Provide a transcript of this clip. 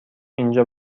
اینجا